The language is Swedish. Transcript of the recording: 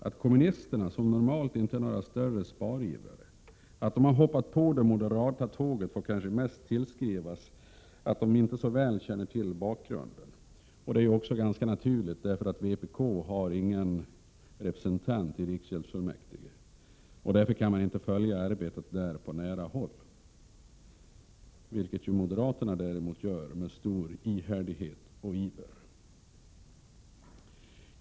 Att kommunisterna, som normalt inte är några större sparivrare, hoppat på det moderata tåget får kanske mest tillskrivas det faktum att de inte så väl känner till bakgrunden. Det är ju också ganska naturligt, eftersom vpk inte har någon representant i riksgäldsfullmäktige och därför inte kan följa arbetet där på nära håll, vilket moderaterna däremot gör med stor ihärdighet och iver.